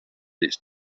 its